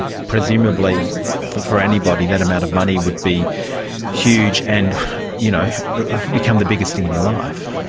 ah presumably for for anybody that amount of money would be huge and you know become the biggest thing in your life.